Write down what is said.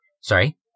Sorry